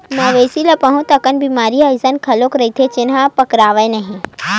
मवेशी ल बहुत अकन बेमारी ह अइसन घलो रहिथे जउन ह बगरय नहिं